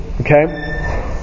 Okay